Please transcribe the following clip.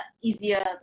easier